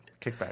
Kickback